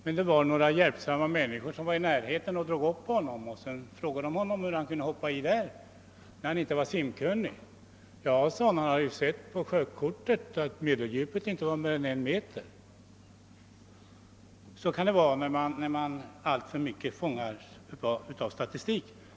Men det fanns hjälpsamma människor i närheten som drog upp honom och frågade, hur han kunde hoppa i sjön när han inte var simkunnig. »Jo», sade han, »jag har sett på sjökortet att medeldjupet inte är mer än en meter.» Så kan det gå om man alltför mycket fångas av statistik.